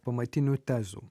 pamatinių tezių